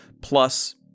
Plus